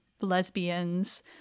lesbians